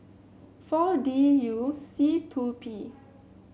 four D U C two P